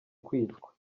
kwicwa